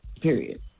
period